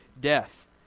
death